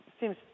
seems